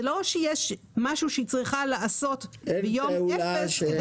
זה לא שיש משהו שהיא צריכה לעשות מיום אפס.